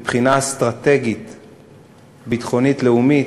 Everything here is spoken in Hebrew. מבחינה אסטרטגית-ביטחונית-לאומית,